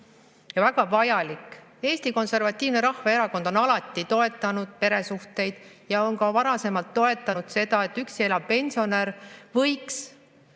väga vajalik. Eesti Konservatiivne Rahvaerakond on alati toetanud peresuhteid ja on ka varasemalt toetanud seda, et üksi elav pensionär võiks